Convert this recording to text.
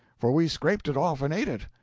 for we scraped it off and ate it.